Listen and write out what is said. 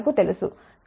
కాబట్టి ఇక్కడ Z R1